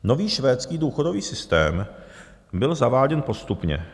Nový švédský důchodový systém byl zaváděn postupně.